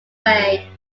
way